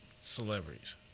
celebrities